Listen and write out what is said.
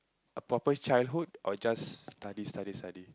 a proper childhood or just study study study